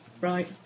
right